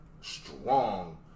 strong